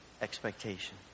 expectation